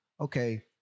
Okay